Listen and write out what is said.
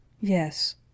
Yes